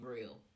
real